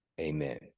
amen